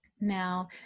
Now